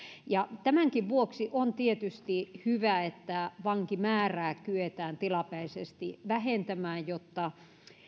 tämän päihdeongelmankin vuoksi on tietysti hyvä että vankimäärää kyetään tilapäisesti vähentämään jotta